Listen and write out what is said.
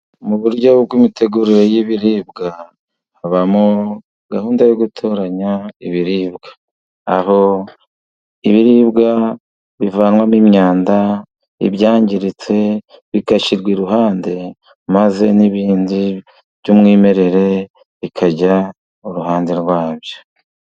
Mu buryo bw'imitegurire y'ibiribwa, habamo gahunda yo gutoranya ibiribwa. Aho ibiribwa bivanwamo imyanda, ibyangiritse bigashyirwa iruhande, maze n'ibindi by'umwimerere bikajya uruhande rwa byo.